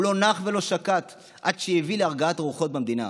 הוא לא נח ולא שקט עד שהביא להרגעת הרוחות במדינה.